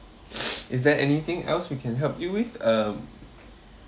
is there anything else we can help you with uh